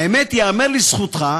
האמת היא, ייאמר לזכותך,